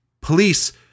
Police